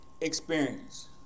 experience